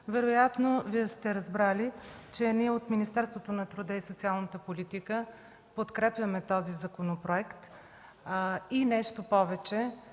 законопроекта, сте разбрали, че ние от Министерството на труда и социалната политика подкрепяме този законопроект. И нещо повече: